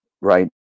right